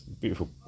beautiful